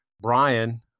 Brian